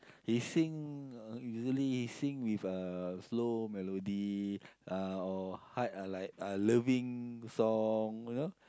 he sing usually sing with uh slow melody uh or hard like loving song you know